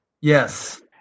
Yes